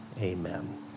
amen